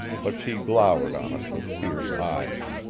but she glowered on us with fierce eyes.